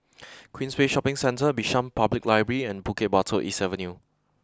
Queensway Shopping Centre Bishan Public Library and Bukit Batok East Avenue